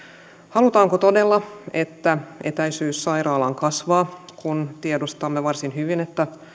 halutaanko todella että etäisyys sairaalaan kasvaa kun tiedostamme varsin hyvin että